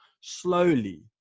slowly